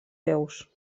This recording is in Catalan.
deus